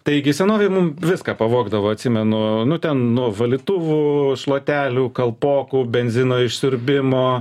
taigi senovėj mum viską pavogdavo atsimenu nu ten nuo valytuvų šluotelių kalpokų benzino išsiurbimo